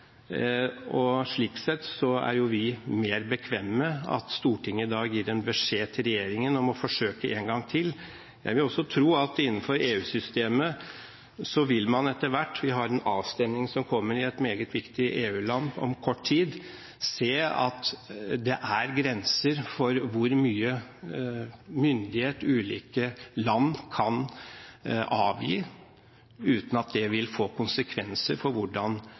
runde? Slik sett er vi mer bekvemme med at Stortinget i dag gir en beskjed til regjeringen om å forsøke en gang til. Jeg vil også tro at man innenfor EU-systemet etter hvert vil – vi har en avstemning som kommer i et meget viktig EU-land om kort tid – se at det er grenser for hvor mye myndighet ulike land kan avgi uten at det vil få konsekvenser for hvordan